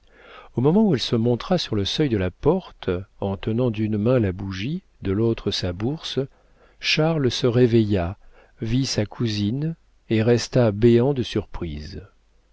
au moment où elle se montra sur le seuil de la porte en tenant d'une main la bougie de l'autre sa bourse charles se réveilla vit sa cousine et resta béant de surprise